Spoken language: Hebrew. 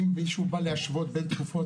אם מישהו בא להשוות בין תקופות,